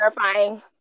terrifying